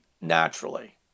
naturally